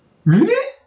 really